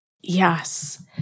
Yes